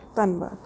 ਧੰਨਵਾਦ